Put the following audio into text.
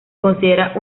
considera